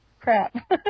crap